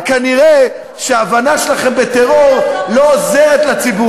אבל כנראה ההבנה שלכם בטרור לא עוזרת לציבור